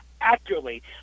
accurately